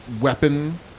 weapon